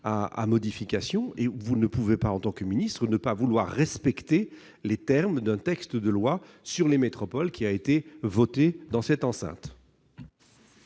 à modification. Vous ne pouvez pas, en tant que ministre, ne pas respecter les termes d'une loi sur les métropoles qui a été votée dans cette enceinte.